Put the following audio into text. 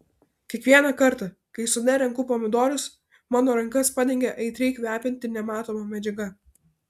kiekvieną kartą kai sode renku pomidorus mano rankas padengia aitriai kvepianti nematoma medžiaga